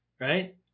right